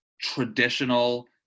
traditional